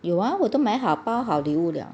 有啊我都买好包好礼物了